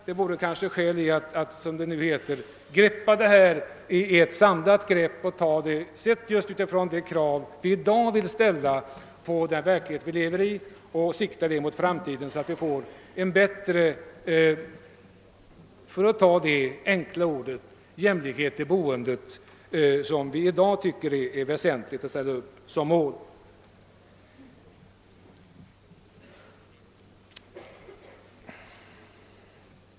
Det vore kanske skäl i att ta ett samlat grepp med utgångspunkt i de krav vi i dag vill ställa på den verklighet vi lever i och med sikte på framtiden, så att vi kan få en sådan — för att använda detta enkla uttryck — förbättrad jämlikhet i boendet som vi i dag tycker är väsentlig och ställer upp som mål.